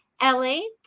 ellie